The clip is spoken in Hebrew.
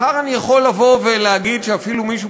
מחר אני יכול לבוא ולהגיד שאפילו מישהו